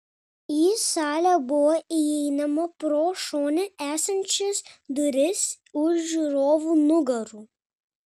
į salę buvo įeinama pro šone esančias duris už žiūrovų nugarų